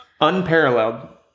unparalleled